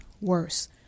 worse